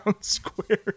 Square